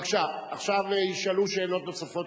בבקשה, עכשיו ישאלו שאלות נוספות.